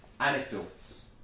anecdotes